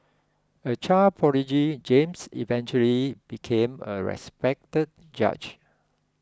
a child prodigy James eventually became a respected judge